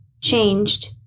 changed